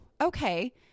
okay